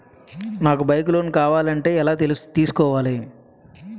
నాకు bike loan కావాలంటే ఎలా తీసుకోవాలి?